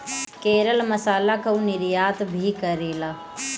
केरल मसाला कअ निर्यात भी करेला